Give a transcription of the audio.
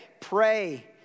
pray